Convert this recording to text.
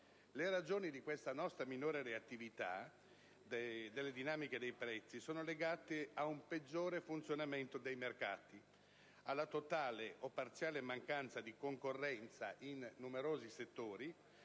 Le ragioni della minore reattività delle dinamiche dei prezzi nel nostro Paese sono legate a un peggiore funzionamento dei mercati, alla totale o parziale mancanza di concorrenza in numerosi settori,